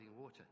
water